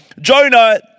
Jonah